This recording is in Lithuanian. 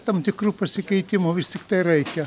tam tikrų pasikeitimų vis tiktai reikia